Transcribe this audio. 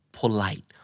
polite